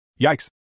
Yikes